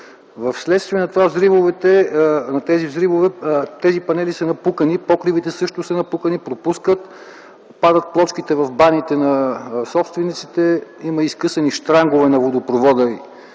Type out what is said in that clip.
Вследствие на тези взривове панелите са напукани, покривите – също, пропускат, падат плочките в баните на собствениците, има скъсани щрангове на водопровода